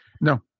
No